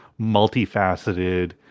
multifaceted